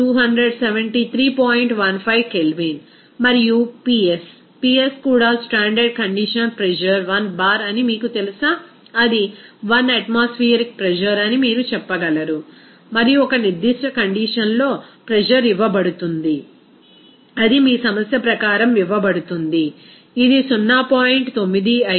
15 kelvin మరియు Ps Ps కూడా standard condition pressure 1 bar అని మీకు తెలుసా అది 1 అట్మాస్ఫెయరిక్ ప్రెజర్ అని మీరు చెప్పగలరు మరియు ఒక నిర్దిష్ట కండిషన్ లో ప్రెజర్ ఇవ్వబడుతుంది అది మీ సమస్య ప్రకారం ఇవ్వబడుతుంది ఇది 0